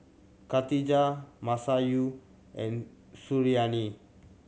Khatijah Masayu and Suriani